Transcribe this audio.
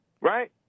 right